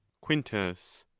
quintus.